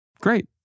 great